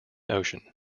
ocean